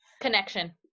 Connection